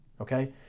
okay